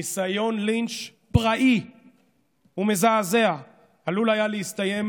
ניסיון לינץ' פראי ומזעזע שעלול היה להסתיים